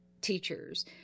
teachers